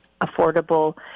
affordable